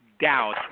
doubt